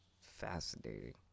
Fascinating